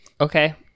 Okay